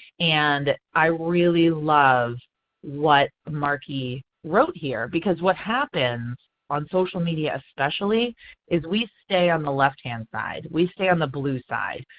and i really love what markey wrote here because what happens on social media especially is we stay on the left-hand side. we stay on the blue side.